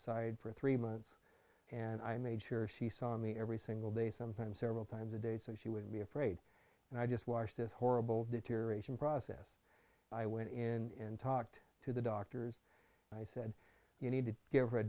side for three months and i made sure she saw me every single day sometimes several times a day so she would be afraid and i just watched this horrible deterioration process i went in talked to the doctors i said you need to give her a